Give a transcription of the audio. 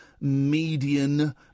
median